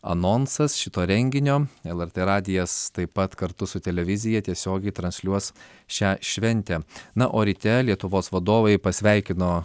anonsas šito renginio lrt radijas taip pat kartu su televizija tiesiogiai transliuos šią šventę na o ryte lietuvos vadovai pasveikino